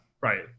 Right